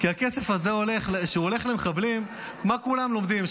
כשהוא הולך למחבלים, מה כולם לומדים?